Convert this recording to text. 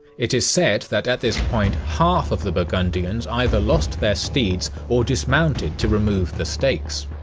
it is said that at this point, half of the burgundians either lost their steeds or dismounted to remove the stakes.